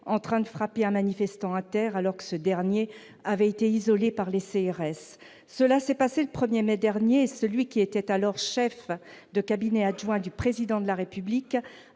en train de frapper un manifestant à terre alors que ce dernier avait été isolé par les CRS. Cela s'est passé le 1 mai dernier, et celui qui était alors chef de cabinet adjoint du Président de la République